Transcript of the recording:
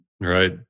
right